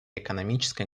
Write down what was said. экономической